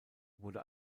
wurde